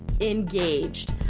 engaged